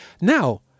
now